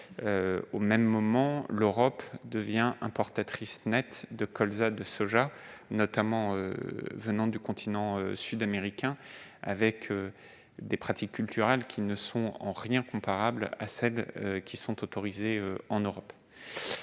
au même moment, l'Europe devient importatrice nette de colza et de soja, issus notamment du continent sud-américain, où les pratiques culturales ne sont en rien comparables à celles qui sont autorisées en Europe